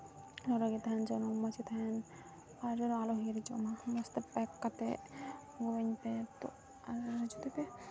ᱞᱚᱞᱚ ᱜᱮ ᱛᱟᱦᱮᱱ ᱡᱮᱱᱚ ᱢᱚᱡᱽ ᱜᱮ ᱛᱟᱦᱮᱱ ᱟᱞᱚ ᱦᱤᱨᱤᱡᱚᱜᱢᱟ ᱢᱚᱡᱽᱛᱮ ᱯᱮᱠ ᱠᱟᱛᱮᱫ ᱟᱹᱜᱩᱣᱟᱹᱧ ᱯᱮ ᱛᱳ ᱟᱨ ᱡᱩᱫᱤ ᱯᱮ